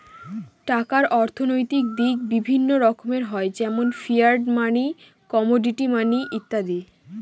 টাকার অর্থনৈতিক দিক বিভিন্ন রকমের হয় যেমন ফিয়াট মানি, কমোডিটি মানি ইত্যাদি